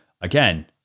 again